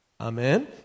Amen